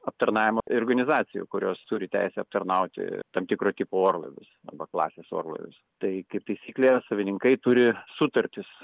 aptarnavimo ir organizacijų kurios turi teisę aptarnauti tam tikro tipo orlaivius arba klasės orlaivius tai kaip taisyklė savininkai turi sutartis